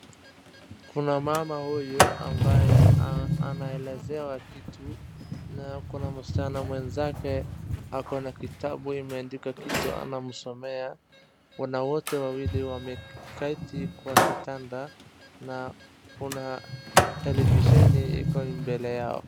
Kuna mama huyu ambaye anaelezewa kitu na kuna msichana mwenzake akona kitabu imeandikwa kitu anamsomea. Wote wawili wameketi kwa kitanda na kuna televisheni iko mbele yao.